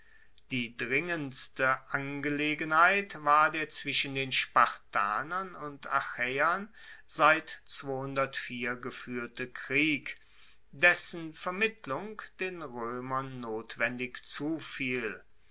die dringendste angelegenheit war der zwischen den spartanern und achaeern seit gefuehrte krieg dessen vermittlung den roemern notwendig zufiel